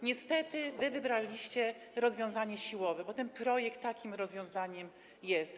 Niestety wy wybraliście rozwiązanie siłowe, bo ten projekt takim rozwiązaniem jest.